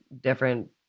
different